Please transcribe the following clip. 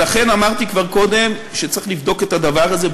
לכן אמרתי כבר קודם שצריך לבדוק את הדבר הזה,